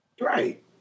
Right